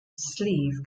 sleeve